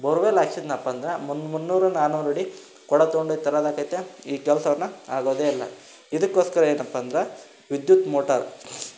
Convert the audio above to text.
borewell ಹಾಕಿಸಿದ್ನಪ್ಪ ಅಂದ್ರೆ ಮುನ್ನು ಮುನ್ನೂರು ನಾನೂರು ಅಡಿ ಕೊಡ ತಗೊಂಡೋಗಿ ತರೋದು ಆಕ್ತೈತೆ ಈ ಕೆಲಸವನ್ನ ಆಗೋದೇ ಇಲ್ಲ ಇದಕ್ಕೊಸ್ಕರ ಏನಪ್ಪ ಅಂದ್ರೆ ವಿದ್ಯುತ್ ಮೋಟಾರ್